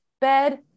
bed